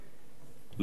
לצערי הרב.